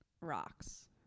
rocks